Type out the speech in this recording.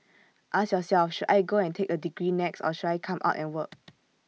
ask yourself should I go and take A degree next or should I come out and work